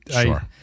Sure